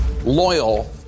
loyal